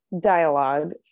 dialogue